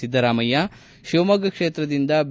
ಸಿದ್ದರಾಮಯ್ಯ ಶಿವಮೊಗ್ಗ ಕ್ಷೇತ್ರದಿಂದ ಬಿ